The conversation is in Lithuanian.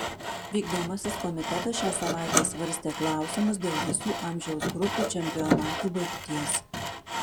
vykdomasis komitetas šią savaitę svarstė klausimus dėl visų amžiaus grupių čempionatų baigties